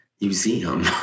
museum